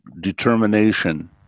determination